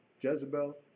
Jezebel